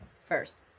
First